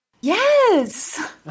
Yes